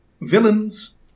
villains